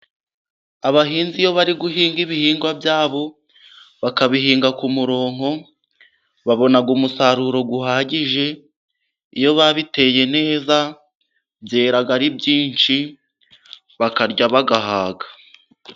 Abahinzi iyo bari guhinga ibihingwa byabo, bakabihinga ku murongo, babona umusaruro uhagije, iyo babiteye neza, byera ari byinshi bakarya bagahaga.